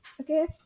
okay